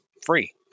Free